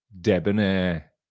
Debonair